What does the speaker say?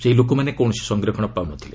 ସେହି ଲୋକମାନେ କୌଣସି ସଂରକ୍ଷଣ ପାଉ ନ ଥିଲେ